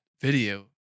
video